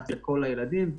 אנחנו